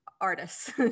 artists